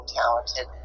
talented